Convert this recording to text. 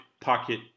pocket